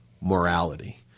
morality